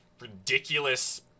ridiculous